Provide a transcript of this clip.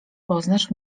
poznasz